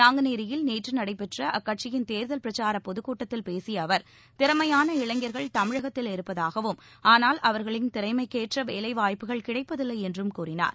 நாங்குநேரியில் நேற்று நடைபெற்ற அக்கட்சியின் தேர்தல் பிரசார பொதுக்கூட்டத்தில் பேசிய அவர் திறமையான இளைஞா்கள் தமிழகத்தில் இருப்பதாகவும் ஆனால் அவா்களின் திறமைக்கேற்ற வேலைவாய்ப்புகள் கிடைப்பதில்லை என்றும் கூறினார்